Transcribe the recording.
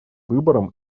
выбором